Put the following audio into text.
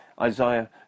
Isaiah